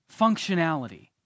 Functionality